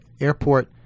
airport